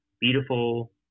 beautiful